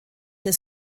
der